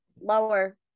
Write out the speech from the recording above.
Lower